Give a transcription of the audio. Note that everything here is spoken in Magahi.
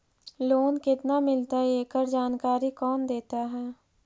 लोन केत्ना मिलतई एकड़ जानकारी कौन देता है?